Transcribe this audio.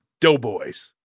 Doughboys